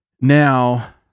Now